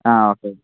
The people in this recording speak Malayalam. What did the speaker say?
ആ ഓക്കെ